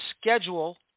schedule